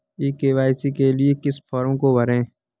ई KYC के लिए किस फ्रॉम को भरें?